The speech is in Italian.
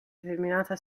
determinata